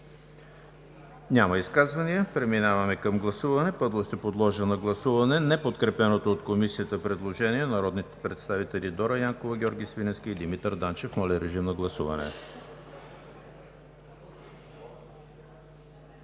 ли изказвания? Няма. Преминаваме към гласуване. Първо ще подложа на гласуване неподкрепеното от Комисията предложение на народните представители Дора Янкова, Георги Свиленски и Димитър Данчев. Гласували